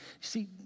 see